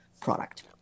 product